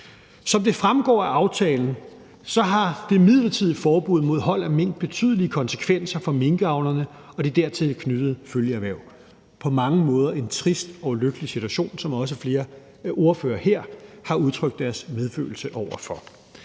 Som det fremgår af aftalen, har det midlertidige forbud mod hold af mink betydelige konsekvenser for minkavlerne og de dertil knyttede følgeerhverv. Det er på mange måder en trist og ulykkelig situation for de ramte, som også flere ordførere her har udtrykt deres medfølelse over for.